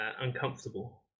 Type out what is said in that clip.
uncomfortable